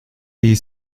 die